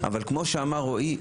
אבל כמו שאמר רועי,